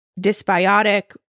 dysbiotic